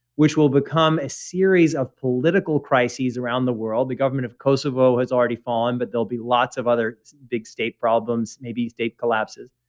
which will become a series of political crises around the world. the government of kosovo has already fallen, but there'll be lots of other big state problems, maybe state collapses,